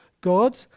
God